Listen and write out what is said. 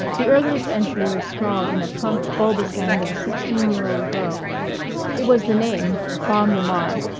the earliest entry was scrawled in the plump, bulbous hand of a sixteen-year-old girl it was the name, bob lamar,